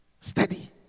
Steady